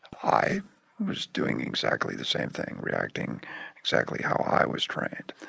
i was doing exactly the same thing, reacting exactly how i was trained.